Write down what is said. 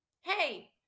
hey